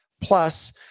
Plus